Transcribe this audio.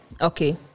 okay